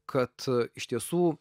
kad iš tiesų